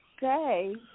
say